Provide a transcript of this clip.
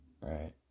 Right